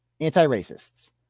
anti-racists